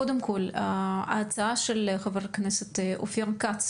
קודם כל, ההצעה של חבר הכנסת אופיר כץ